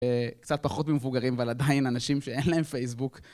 קצת פחות ממבוגרים, אבל עדיין אנשים שאין להם פייסבוק.